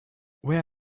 where